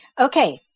Okay